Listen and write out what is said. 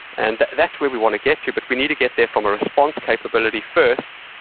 and that's where we want to get to, but we need to get there from a response capability first.